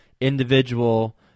individual